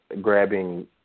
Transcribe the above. grabbing